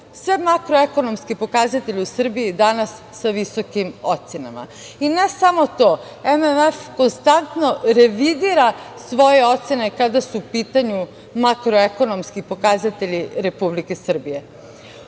sve makroekonomske pokazatelje u Srbiji danas sa visokim ocenama. Ne samo to, MMF konstantno revidira svoje ocene, kada su u pitanju makroekonomski pokazatelji Republike Srbije.